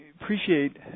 appreciate